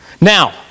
now